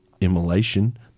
Immolation